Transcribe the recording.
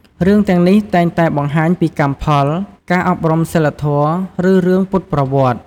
រឿងទាំងនេះតែងតែបង្ហាញពីកម្មផល ការអប់រំសីលធម៌ ឬរឿងពុទ្ធប្រវត្តិ។